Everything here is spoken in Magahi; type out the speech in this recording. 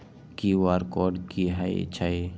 कियु.आर कोड कि हई छई?